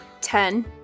Ten